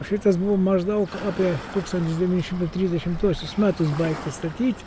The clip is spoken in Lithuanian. šitas buvo maždaug apie tūkstantis devyni šimtai trisdešimtuosius metus baigtas statyt